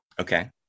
Okay